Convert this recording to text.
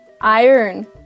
iron